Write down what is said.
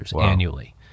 annually